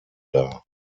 dar